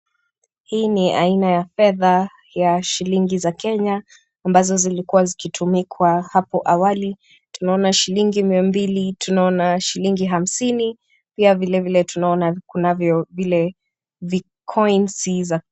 Hii ni aina ya fedha ya shilingi za Kenya ambazo zilikua zikitumikwa hapo awali. Tunaona shilingi mia mbili, tunaona shilingi hamsini pia vilevile tunaona kunavyo vile vicoins .